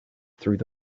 through